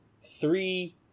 three